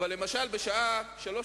אבל למשל בשעה 03:00,